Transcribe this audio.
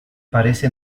parece